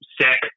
sick